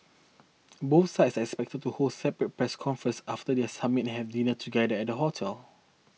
both sides are expected to hold separate press conferences after their summit and have dinner together at the hotel